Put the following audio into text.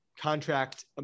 contract